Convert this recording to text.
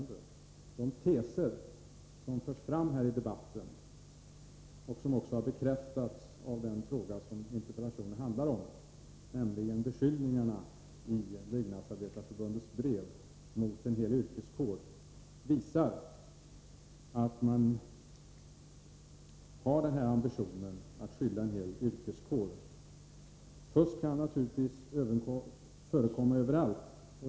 De teser som förs fram i debatten — och som har bekräftats av den fråga som interpellationen handlar om, nämligen beskyllningarna mot en hel yrkeskår i Byggnadsarbetareförbundets brev — visar att man har ambitionen att beskylla en hel yrkeskår. Fusk kan naturligtvis förekomma överallt.